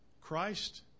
Christ